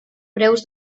preus